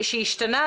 שהשתנה.